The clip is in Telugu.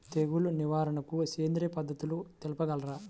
తెగులు నివారణకు సేంద్రియ పద్ధతులు తెలుపగలరు?